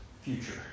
future